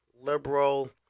liberal